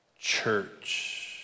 church